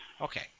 Okay